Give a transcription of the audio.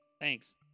Thanks